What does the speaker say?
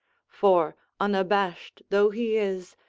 for unabashed though he is,